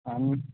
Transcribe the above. आनी